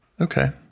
Okay